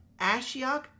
Ashiok